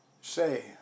Say